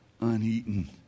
uneaten